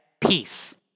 peace